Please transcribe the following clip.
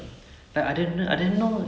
ya Thani Oruvan oruvan was a really good movie